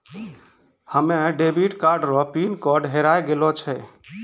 हमे debit card रो pin code हेराय गेलो छै